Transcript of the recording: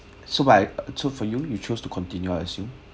so by so for you you chose to continue I assume